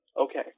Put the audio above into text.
okay